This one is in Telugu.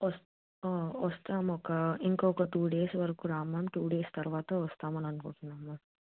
వస్ వస్తాం ఒక ఇంకొక టూ డేస్ వరకు రాను టూ డేస్ తర్వాత వస్తాం అని అనుకుంటున్నాను మ్యామ్